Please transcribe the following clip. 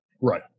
Right